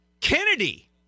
Kennedy